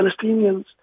Palestinians